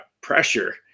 pressure